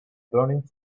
burning